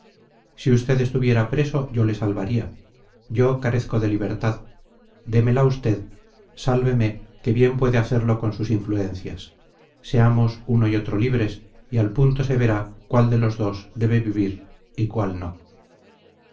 si usted estuviera preso yo le salvaría yo carezco de libertad démela usted sálveme que bien puede hacerlo con sus influencias seamos uno y otro libres y al punto se verá cuál de los dos debe vivir y cuál no